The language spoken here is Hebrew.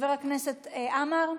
חבר הכנסת עמאר?